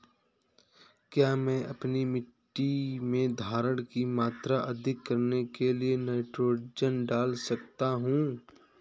क्या मैं अपनी मिट्टी में धारण की मात्रा अधिक करने के लिए नाइट्रोजन डाल सकता हूँ?